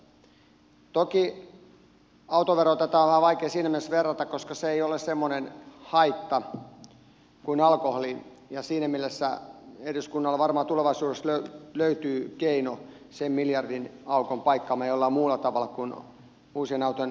toki autoveroon tätä on vähän vaikea siinä mielessä verrata koska se ei ole semmoinen haitta kuin alkoholi ja siinä mielessä eduskunnalta varmaan tulevaisuudessa löytyy keino sen miljardin aukon paikkaamiseen jollain muulla tavalla kuin uusien autojen verottamisella